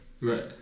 right